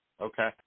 Okay